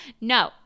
No